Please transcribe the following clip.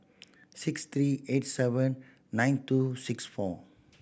six three eight seven nine two six four